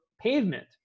pavement